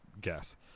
guess